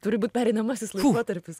turi būt pereinamasis laikotarpis